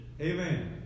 Amen